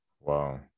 Wow